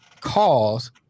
cause